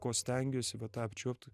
ko stengiuosi va tą apčiuopt